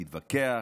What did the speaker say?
תתווכח,